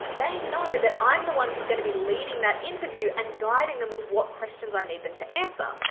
they know that i'm the one who's gonna be leading that interview and guiding them with what questions i need them to answer.